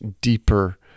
deeper